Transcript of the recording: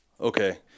Okay